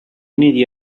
uniti